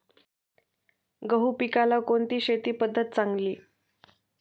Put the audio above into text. गहू पिकाला कोणती शेती पद्धत चांगली?